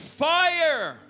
fire